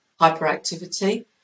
hyperactivity